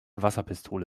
wasserpistole